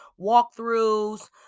walkthroughs